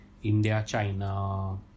India-China